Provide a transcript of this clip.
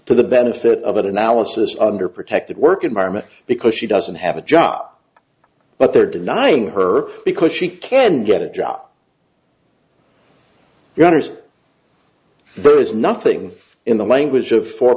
to the benefit of an analysis under protected work environment because she doesn't have a job but they're denying her because she can get a job gunner's there is nothing in the language of four